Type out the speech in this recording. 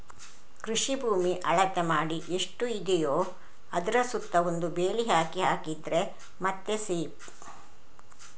ಕೃಷಿ ಭೂಮಿ ಅಳತೆ ಮಾಡಿ ಎಷ್ಟು ಇದೆಯೋ ಅದ್ರ ಸುತ್ತ ಒಂದು ಬೇಲಿ ಹಾಕಿದ್ರೆ ಮತ್ತೆ ಸೇಫ್